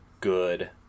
good